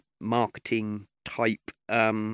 marketing-type